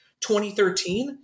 2013